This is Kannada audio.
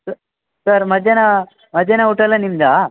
ಸ ಸರ್ ಮಧ್ಯಾಹ್ನ ಮಧ್ಯಾಹ್ನ ಊಟಯೆಲ್ಲ ನಿಮ್ಮದಾ